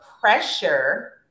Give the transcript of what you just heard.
pressure